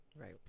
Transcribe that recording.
Right